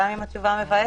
גם אם התשובה מבאסת,